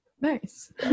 nice